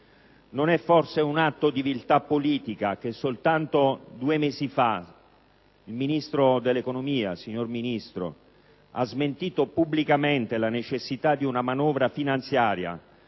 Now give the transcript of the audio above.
Non è forse un atto di viltà politica che soltanto due mesi fa il Ministro dell'economia abbia smentito pubblicamente la necessità di una manovra finanziaria,